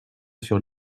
sur